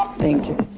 thank you.